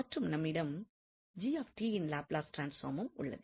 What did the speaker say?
மற்றும் நம்மிடம் யின் லாப்லஸ் ட்ரான்ஸ்பார்மும் உள்ளது